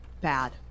Bad